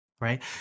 right